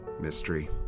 mystery